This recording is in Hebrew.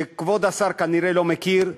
שכבוד השר כנראה לא מכיר,